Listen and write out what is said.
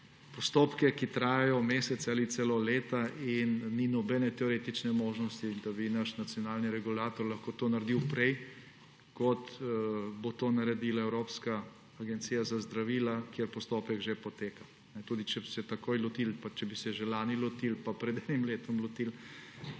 postopke, ki trajajo mesece ali celo leta. Tako ni nobene teoretične možnosti, da bi naš nacionalni regulator lahko to naredil prej, kot bo to naredila Evropska agencija za zdravila, kjer postopek že poteka. Tudi če bi se takoj lotili, če bi se že lani lotili pa pred enim letom lotili,